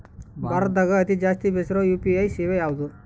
ಭಾರತದಗ ಅತಿ ಜಾಸ್ತಿ ಬೆಸಿರೊ ಯು.ಪಿ.ಐ ಸೇವೆ ಯಾವ್ದು?